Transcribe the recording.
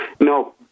No